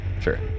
Sure